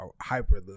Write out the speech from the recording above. Hyper